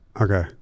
Okay